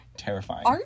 Terrifying